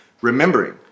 remembering